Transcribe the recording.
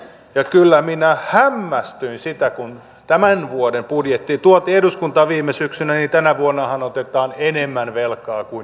ja kyllä minä hämmästyin sitä kun tämän vuoden budjetti tuotiin eduskuntaan viime syksynä että tänä vuonnahan otetaan enemmän velkaa kuin viime vuonna